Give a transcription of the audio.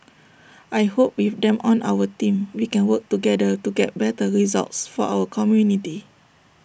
I hope with them on our team we can work together to get better results for our community